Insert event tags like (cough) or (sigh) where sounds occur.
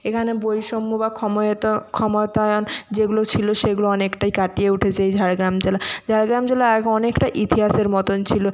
এখানে বৈষম্য বা (unintelligible) ক্ষমতায়ন যেগুলো ছিল সেগুলো অনেকটাই কাটিয়ে উঠেছে এই ঝাড়গ্রাম জেলা ঝাড়গ্রাম জেলা আগে অনেকটা ইতিহাসের মতন ছিল